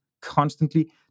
constantly